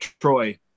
Troy